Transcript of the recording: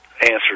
answer